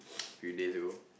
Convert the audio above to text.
a few days ago